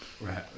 Right